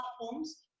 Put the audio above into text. platforms